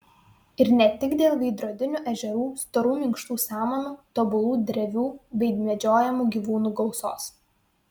ir ne tik dėl veidrodinių ežerų storų minkštų samanų tobulų drevių bei medžiojamų gyvūnų gausos